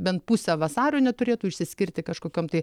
bent puse vasario neturėtų išsiskirti kažkokiom tai